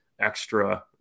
extra